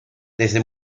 desde